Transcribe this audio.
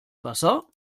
wasser